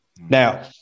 Now